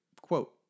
quote